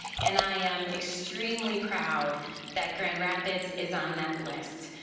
and i am extremely proud that grand rapids is on that list,